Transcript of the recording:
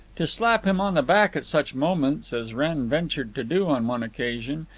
to slap him on the back at such moments, as wren ventured to do on one occasion,